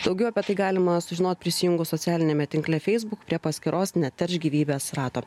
daugiau apie tai galima sužinot prisijungus socialiniame tinkle feisbuk prie paskyros neteršk gyvybės rato